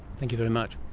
thank you very much.